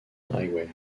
highway